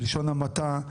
בלשון המעטה,